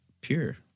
pure